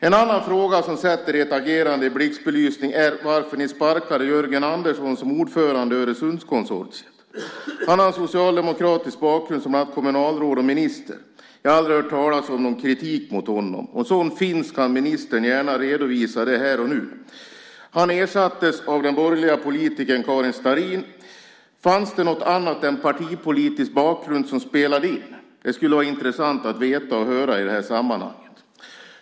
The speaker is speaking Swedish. En annan fråga som sätter ert agerande i blixtbelysning är varför ni sparkade Jörgen Andersson som ordförande i Öresundskonsortiet. Han har socialdemokratisk bakgrund som bland annat kommunalråd och minister. Jag har aldrig hört talas om någon kritik mot honom. Om sådan finns kan ministern gärna redovisa den här och nu. Han ersattes av den borgerliga politikern Karin Starrin. Fanns det något annat än partipolitisk bakgrund som spelade in? Det skulle vara intressant att veta och höra i sammanhanget.